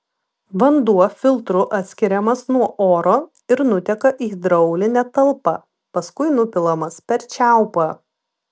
vanduo filtru atskiriamas nuo oro ir nuteka į hidraulinę talpą paskui nupilamas per čiaupą